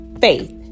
faith